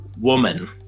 woman